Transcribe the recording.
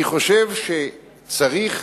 אני חושב שצריך